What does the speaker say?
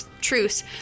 truce